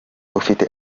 ufite